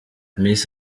miss